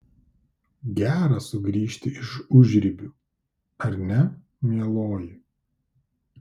gera sugrįžti iš užribių ar ne mieloji